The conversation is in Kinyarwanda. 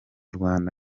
rwanda